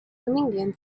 comedian